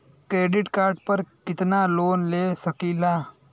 Credit card पर कितनालोन ले सकीला?